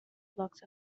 blocks